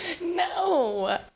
No